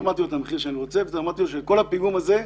אמרתי לו שכל הפיגום שהיה